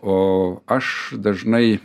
o aš dažnai